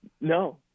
No